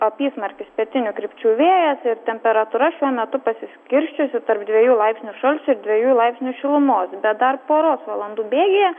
apysmarkis pietinių krypčių vėjas ir temperatūra šiuo metu pasiskirsčiusi tarp dviejų laipsnių šalčio ir dviejų laipsnių šilumos bet dar poros valandų bėgyje